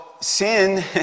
sin